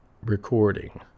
recording